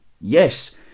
Yes